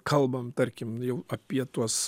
kalbam tarkim jau apie tuos